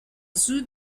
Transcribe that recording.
zhu